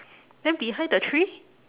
then behind the tree